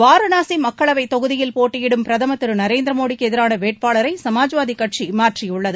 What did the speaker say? வாரணாசி மக்களவைத் தொகுதியில் போட்டியிடும் பிரதமர் திரு நரேந்திர மோடிக்கு எதிரான வேட்பாளரை சமாஜ்வாதி கட்சி மாற்றியுள்ளது